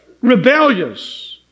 Rebellious